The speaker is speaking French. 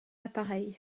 appareil